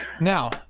Now